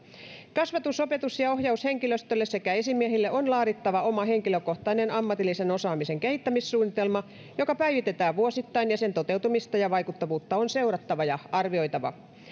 kasvatus opetus ja ja ohjaushenkilöstölle sekä esimiehille on laadittava oma henkilökohtainen ammatillisen osaamisen kehittämissuunnitelma jota päivitetään vuosittain ja sen toteutumista ja vaikuttavuutta on seurattava ja arvioitava